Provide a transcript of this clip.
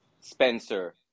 spencer